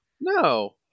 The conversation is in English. No